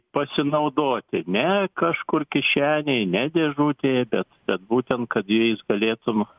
pasinaudoti ne kažkur kišenėj ne dėžutėje bet bet būtent kad jais galėtum